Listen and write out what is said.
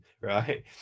right